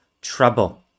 trouble